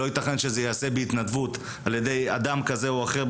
לא יתכן שזה ייעשה בהתנדבות על ידי אדם כזה או אחר,